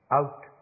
out